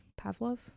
Pavlov